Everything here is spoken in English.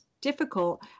difficult